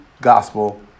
gospel